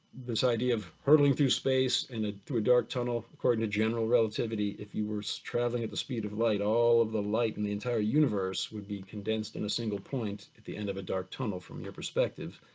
this idea of hurdling through space ah through a dark tunnel, according to general relativity, if you were so traveling at the speed of light, all of the light in the entire universe would be condensed in a single point at the end of a dark tunnel from your perspective.